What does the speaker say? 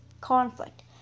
conflict